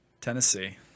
Tennessee